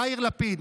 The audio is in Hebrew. יאיר לפיד,